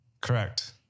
Correct